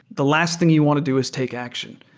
the last thing you want to do is take action.